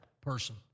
person